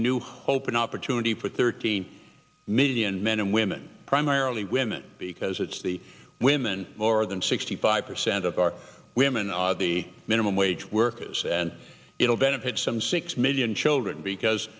a new hope an opportunity for thirty million men and women primarily women because it's the women more than sixty five percent of our women are the minimum wage workers and it will benefit some six million children because